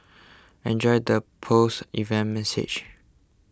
enjoy the post event massage